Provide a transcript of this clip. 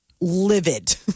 livid